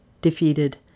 defeated